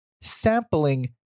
sampling